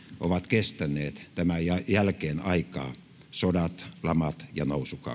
ovat kestäneet tämän jälkeen aikaa sodat lamat ja nousukaudet